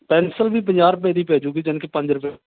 pencil ਵੀ ਪੰਜਾਹ ਰੁਪਏ ਦੀ ਪੈ ਜੂਗੀ ਯਾਨੀ ਕਿ ਪੰਜ ਰੁਪਏ